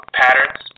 patterns